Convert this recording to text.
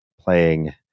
playing